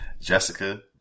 jessica